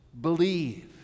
Believe